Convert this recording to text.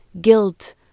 guilt